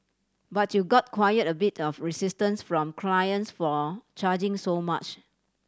but you got quiet a bit of resistance from clients for charging so much